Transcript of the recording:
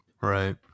Right